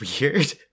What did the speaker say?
Weird